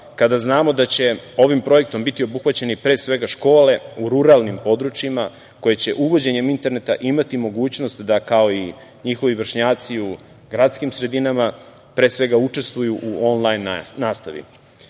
kada znamo da će ovim projektom biti obuhvaćeni, pre svega škole u ruralnim područjima, koje će uvođenjem interneta imati mogućnost da, kao i njihovi vršnjaci u gradskim sredinama, pre svega učestvuju u „onlajn“ nastavi. To